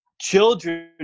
children